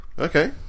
Okay